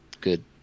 good